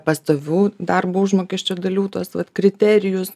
pastovių darbo užmokesčio dalių tuos kriterijus